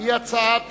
היא הצעת